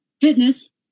fitness